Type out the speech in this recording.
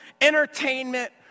entertainment